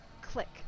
click